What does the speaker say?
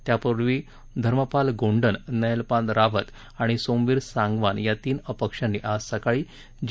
त्यापूर्वी धर्मपाल गोंडन नयनपाल रावत आणि सोमवीर सांगवान या तीन अपक्षांनी आज सकाळी जे